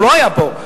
הוא לא היה פה.